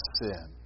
sin